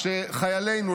כשחיילינו,